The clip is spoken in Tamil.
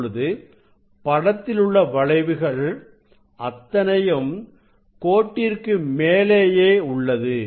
இப்பொழுது படத்திலுள்ள வளைவுகள் அத்தனையும் கோட்டிற்கு மேலேயே உள்ளது